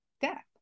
death